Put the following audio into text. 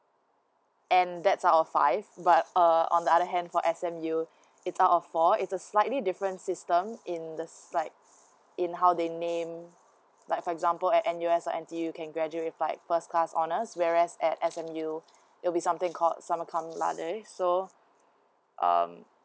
and that's out of five but err on the other hand for S_M_U it's out of four is a slightly different systems in the sligh~ in how they name like for example at N_U_S or N_T_U you can graduate by first class honours whereas at S_M_U it will be something called summa cum laude so um